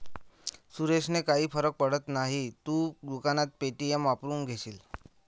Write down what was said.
सुरेशने काही फरक पडत नाही, तू दुकानात पे.टी.एम वापरून घेशील